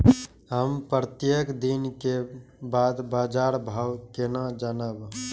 हम प्रत्येक दिन के बाद बाजार भाव केना जानब?